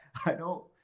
i don't.